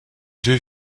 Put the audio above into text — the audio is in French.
deux